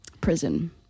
prison